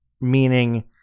meaning